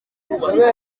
repubulika